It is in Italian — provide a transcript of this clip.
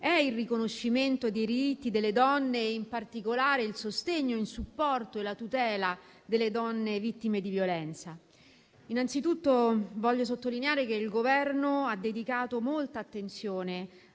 è il riconoscimento dei diritti delle donne e in particolare il sostegno, il supporto e la tutela delle donne vittime di violenza. Innanzitutto, vorrei sottolineare che il Governo ha dedicato molta attenzione